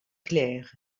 clair